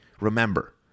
Remember